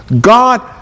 God